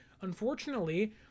unfortunately